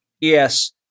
Yes